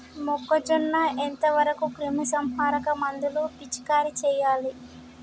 మొక్కజొన్న ఎంత వరకు క్రిమిసంహారక మందులు పిచికారీ చేయాలి?